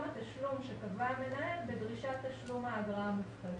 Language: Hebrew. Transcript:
התשלום שקבע המנהל בדרישת תשלום האגרה המופחתת.